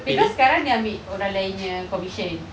because sekarang dia ambil orang lain punya commission